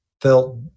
felt